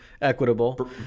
equitable